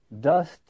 dust